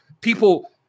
people